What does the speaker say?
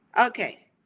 Okay